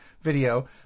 video